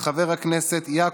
חבר הכנסת ווליד טאהא,